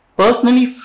personally